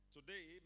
Today